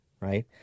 right